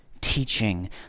teaching